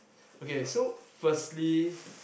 okay so firstly